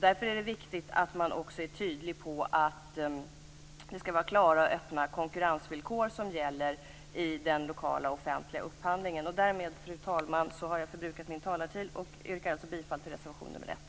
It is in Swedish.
Därför är det viktigt att man också är tydlig i att det skall vara klara och öppna konkurrensvillkor som gäller i den lokala offentliga upphandlingen. Därmed, fru talman, har jag förbrukat min talartid och yrkar alltså bifall till reservation nr 1.